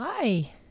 Hi